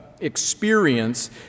experience